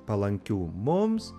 palankių mums